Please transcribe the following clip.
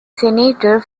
senator